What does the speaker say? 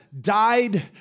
died